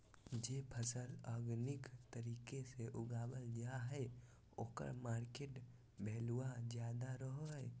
जे फसल ऑर्गेनिक तरीका से उगावल जा हइ ओकर मार्केट वैल्यूआ ज्यादा रहो हइ